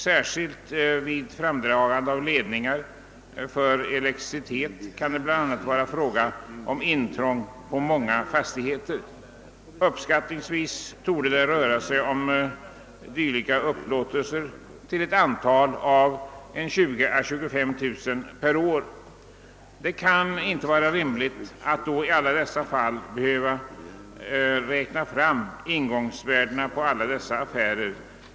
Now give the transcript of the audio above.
Särskilt vid framdragande av ledningar för elektricitet kan det bl.a. vara fråga om intrång på många fastigheter. Uppskattningsvis torde det röra sig om dylika upplåtelser till ett antal av 20000 å 25000 per år. Det kan inte vara rimligt att behöva räkna fram ingångsvärdena på samtliga dessa affärer.